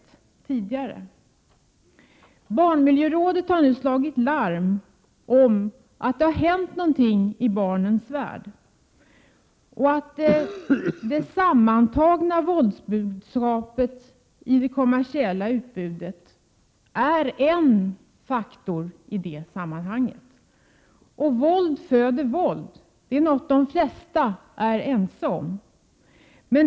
35 Barnmiljörådet har nu slagit larm om att det har hänt någonting i barnens värld. Det sammantagna våldsbudskapet i det kommersiella utbudet är en faktor i det sammanhanget. Våld föder våld — det är de flesta ense om.